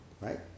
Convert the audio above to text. right